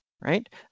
right